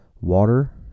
water